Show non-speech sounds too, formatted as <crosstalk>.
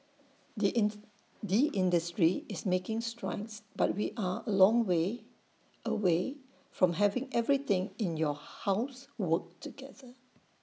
the <unintelligible> the industry is making strides but we are A long way away from having everything in your house work together